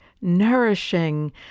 nourishing